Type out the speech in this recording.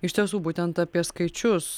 iš tiesų būtent apie skaičius